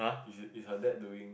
you should is her dad doing